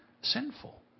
sinful